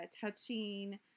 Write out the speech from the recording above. touching